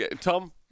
Tom